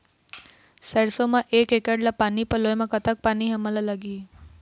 सरसों म एक एकड़ ला पानी पलोए म कतक पानी हमन ला लगही?